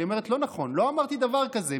אבל היא אומרת: לא נכון, לא אמרתי דבר כזה.